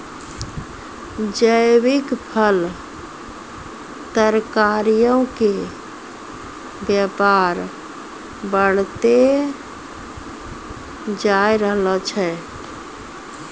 जैविक फल, तरकारीयो के व्यापार बढ़तै जाय रहलो छै